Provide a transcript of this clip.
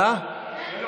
שר מסכם.